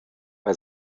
bei